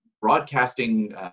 broadcasting